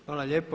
Hvala lijepo.